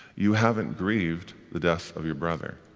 you haven't grieved the death of your brother.